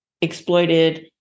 exploited